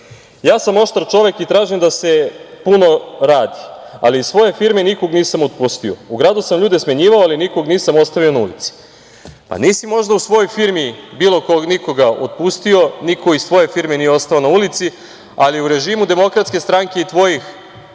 sam oštar čovek i tražim da se puno radi, i iz svoje firme nikoga nisam otpustio i u Gradu sam ljude smenjivao, ali nikoga nisam ostavio na ulici. Pa nisi možda u svojoj firmi bilo koga, nikoga otpustio, niko iz tvoje firme nije ostao na ulici, ali u režimu DS i tvojih